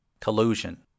Collusion